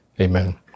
Amen